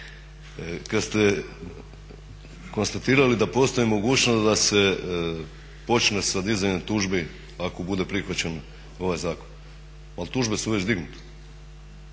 kada ste konstatirali mogućnost da se počne sa dizanjem tužbi ako bude prihvaćen ovaj zakon ali tužbe su već dignute.